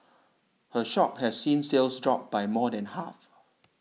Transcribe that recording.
her shop has seen sales drop by more than half